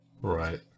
Right